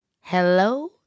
Hello